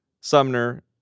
Sumner